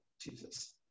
Jesus